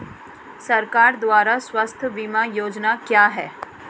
सरकार द्वारा स्वास्थ्य बीमा योजनाएं क्या हैं?